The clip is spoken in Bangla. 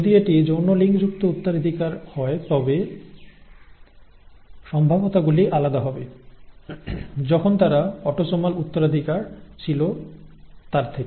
যদি এটি যৌন লিঙ্কযুক্ত উত্তরাধিকার হয় তবে সম্ভাব্যতাগুলি আলাদা হবে যখন তারা অটোসোমাল উত্তরাধিকার ছিল তার থেকে